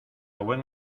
buen